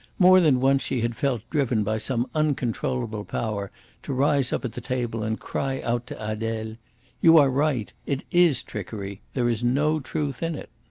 more than once she had felt driven by some uncontrollable power to rise up at the table and cry out to adele you are right! it is trickery. there is no truth in it.